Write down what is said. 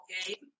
okay